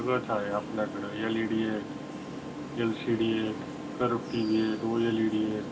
सगळंच आहे आपल्याकडं एल ई डी आहे एल सी डी आहेत कर्व टी व्ही आहेत ओ एल ई डी आहेत